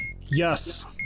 Yes